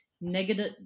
negative